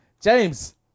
James